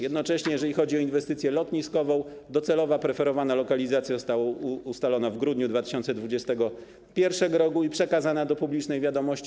Jednocześnie jeżeli chodzi o inwestycję lotniskową, docelowa, preferowana lokalizacja została ustalona w grudniu 2021 r. i przekazana do publicznej wiadomości.